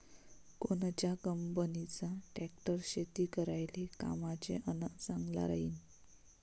कोनच्या कंपनीचा ट्रॅक्टर शेती करायले कामाचे अन चांगला राहीनं?